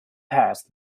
passed